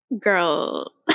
Girl